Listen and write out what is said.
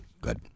Good